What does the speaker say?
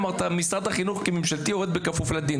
אמרת משרד החינוך כמשרד ממשלתי עובד בכפוף לדין.